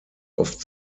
oft